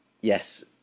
yes